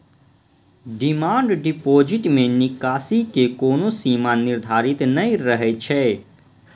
demand deposit मे निकासी के कोनो सीमा निर्धारित नै रहै छै